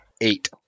Eight